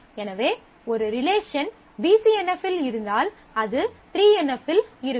எனவே ஒரு relation B C N F இல் இருந்தால் அது 3 என் எஃப் இல் இருக்கும்